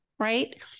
Right